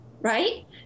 right